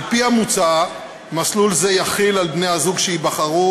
על-פי המוצע, מסלול זה יחיל על בני-זוג שיבחרו